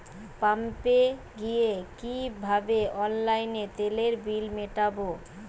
পাম্পে গিয়ে কিভাবে অনলাইনে তেলের বিল মিটাব?